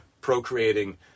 procreating